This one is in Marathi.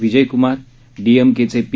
विजयक्मार डीएमकेचे पी